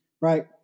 right